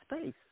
space